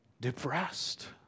depressed